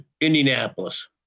Indianapolis